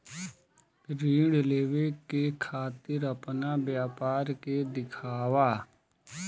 ऋण लेवे के खातिर अपना व्यापार के दिखावा?